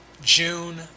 June